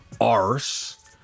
arse